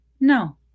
No